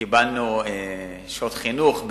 קיבלנו שעות חינוך,